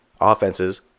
offenses